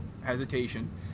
hesitation